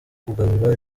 kugarura